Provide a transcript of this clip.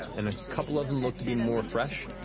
and a couple of them look to be more fresh.